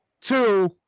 Two